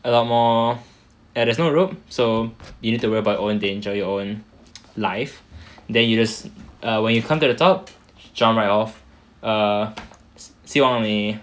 a lot more there's no rope so you need to worry about your own danger your own life then you just err when you climb to the top jump right off err 希望你